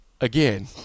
again